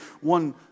one